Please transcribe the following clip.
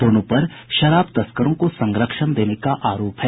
दोनों पर शराब तस्करों को संरक्षण देने का आरोप है